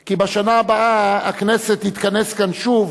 כי בשנה הבאה הכנסת תתכנס כאן שוב,